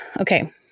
okay